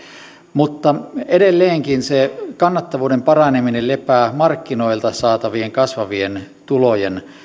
mutta edelleenkin se kannattavuuden paraneminen lepää markkinoilta saatavien kasvavien tulojen